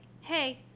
hey